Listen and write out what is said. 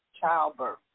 childbirth